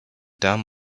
dam